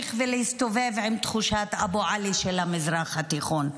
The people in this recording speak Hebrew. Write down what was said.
להמשיך ולהסתובב עם תחושת אבו עלי של המזרח התיכון,